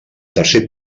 tercer